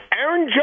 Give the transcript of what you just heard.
Aaron